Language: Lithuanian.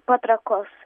po trakus